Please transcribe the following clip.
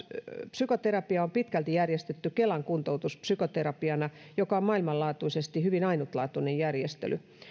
psykoterapia on pitkälti järjestetty kelan kuntoutuspsykoterapiana mikä on maailmanlaajuisesti hyvin ainutlaatuinen järjestely